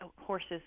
horses